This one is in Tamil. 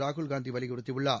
ராகுல்காந்தி வலியுறுத்தியுள்ளார்